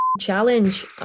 challenge